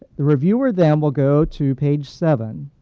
the reviewer then will go to page seven.